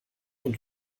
und